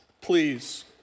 Please